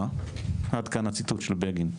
עד כאן הציטוט של בגין.